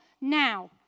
now